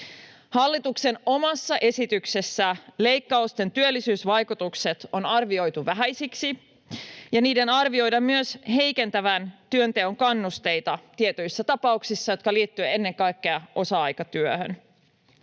Hallituksen omassa esityksessä leikkausten työllisyysvaikutukset on arvioitu vähäisiksi, ja niiden arvioidaan myös heikentävän työnteon kannusteita tietyissä tapauksissa, jotka liittyvät ennen kaikkea osa-aikatyöhön.